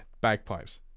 bagpipes